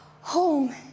Home